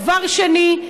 דבר שני,